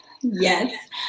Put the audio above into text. yes